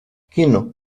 quino